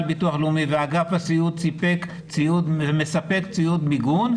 ביטוח לאומי ואגף הסיעוד מספק ציוד מיגון.